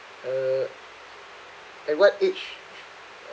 uh at what age